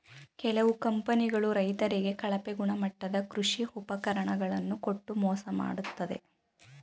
ಕೆಲವು ಕಂಪನಿಗಳು ರೈತರಿಗೆ ಕಳಪೆ ಗುಣಮಟ್ಟದ ಕೃಷಿ ಉಪಕರಣ ಗಳನ್ನು ಕೊಟ್ಟು ಮೋಸ ಮಾಡತ್ತದೆ